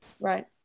Right